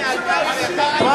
אבל